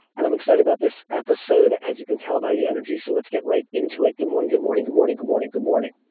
and i'm excited about this episode as you can tell by the energy, so let's get right into it. good morning, good morning, good morning, good morning, good morning.